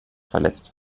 verletzt